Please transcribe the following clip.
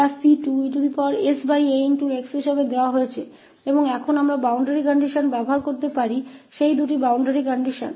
और अब हम बाउंड्री कंडीशंस का उपयोग कर सकते हैं वह दो बाउंड्री कंडीशन